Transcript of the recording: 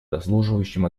заслуживающим